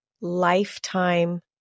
lifetime